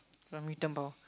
mutant power